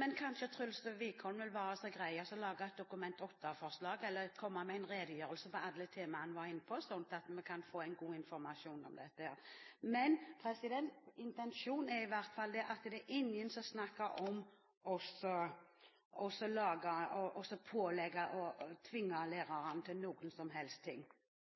Men kanskje Truls Wickholm vil være så grei og lage et Dokument 8-forslag eller komme med en redegjørelse om alle temaene han var inne på, slik at vi kan få en god informasjon om dette. Intensjonen er i hvert fall ikke at vi ønsker å pålegge eller tvinge lærerne til noe som helst. Så får jeg håpe at vi har fått med oss